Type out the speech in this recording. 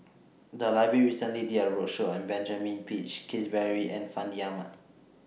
The Library recently did A roadshow on Benjamin Peach Keasberry and Fandi Ahmad